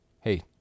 Hey